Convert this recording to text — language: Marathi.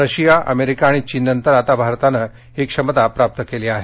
रशियाअमेरिका आणि चीननंतर आता भारतानं ही क्षमता प्राप्त केली आहे